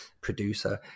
producer